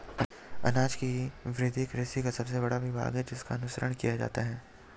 अनाज की वृद्धि कृषि का सबसे बड़ा विभाग है जिसका अनुसरण किया जाता है